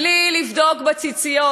בלי לבדוק בציציות,